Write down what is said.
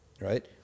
Right